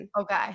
okay